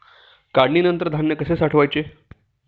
काढणीनंतर धान्य कसे साठवायचे?